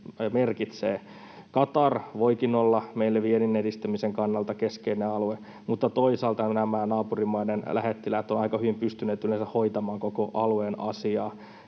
Qatar voikin olla meille viennin edistämisen kannalta keskeinen alue, mutta toisaalta nämä naapurimaiden lähettiläät ovat aika hyvin pystyneet yleensä hoitamaan koko alueen asiaa.